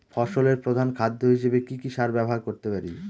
ফসলের প্রধান খাদ্য হিসেবে কি কি সার ব্যবহার করতে পারি?